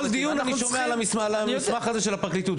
בכל דיון אני שומע על המסמך הזה של הפרקליטות,